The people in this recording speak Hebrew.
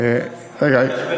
אדוני השר, אין לי בעיה שקו 3, רגע.